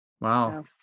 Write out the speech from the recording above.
Wow